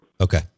Okay